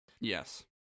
Yes